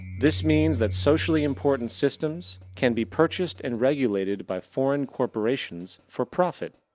this means that socially important systems can be purchased and regulated by foreign corporations for profit.